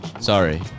Sorry